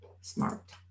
smart